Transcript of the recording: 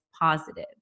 positive